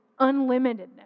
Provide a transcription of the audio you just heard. unlimitedness